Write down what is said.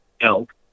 elk